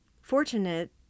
fortunate